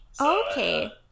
okay